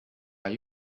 are